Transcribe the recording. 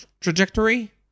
trajectory